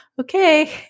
Okay